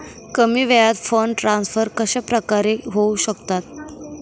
कमी वेळात fund transfer कशाप्रकारे होऊ शकतात?